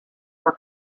were